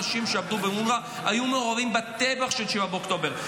אנשים שעבדו באונר"א היו מעורבים בטבח של 7 באוקטובר,